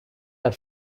are